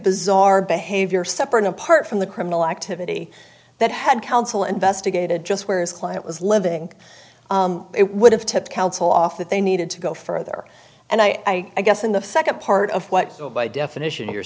bizarre behavior separate and apart from the criminal activity that had council investigated just where his client was living it would have tipped counsel off that they needed to go further and i guess in the second part of what so by definition you're